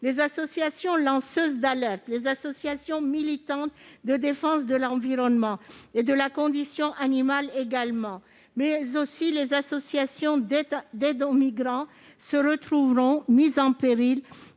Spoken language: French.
Les associations lanceuses d'alerte, les associations militantes de défense de l'environnement et de la condition animale, ainsi que les associations d'aide aux migrants seront mises en péril